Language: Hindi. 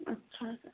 अच्छा सर